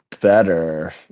better